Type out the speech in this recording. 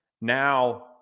now